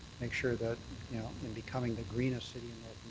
make sure that you know in becoming the greenest city in